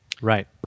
Right